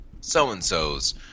so-and-sos